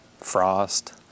frost